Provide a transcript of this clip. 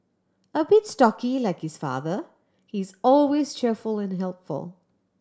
a bit stocky like his father he is always cheerful and helpful